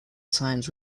signs